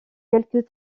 quelques